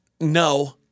no